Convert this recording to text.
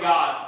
God